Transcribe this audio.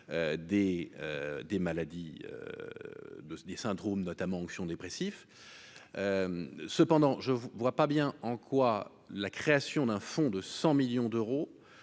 des maladies de des syndromes notamment onction dépressif, cependant je vous vois pas bien en quoi la création d'un fonds de 100 millions d'euros